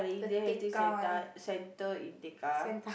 Indian Heritage centre centre in Tekka